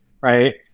right